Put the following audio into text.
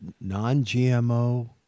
non-GMO